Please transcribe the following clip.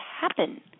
happen